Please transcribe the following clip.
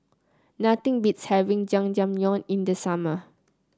nothing beats having Jajangmyeon in the summer